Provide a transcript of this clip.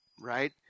Right